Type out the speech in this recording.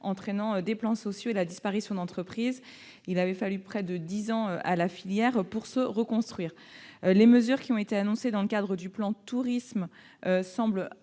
entraînant des plans sociaux et la disparition d'entreprises. Il a fallu près de dix ans à la filière pour se reconstruire. Les mesures annoncées dans le cadre du plan Tourisme semblent imparfaites,